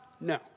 No